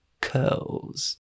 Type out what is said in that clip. curls